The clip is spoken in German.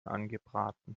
angebraten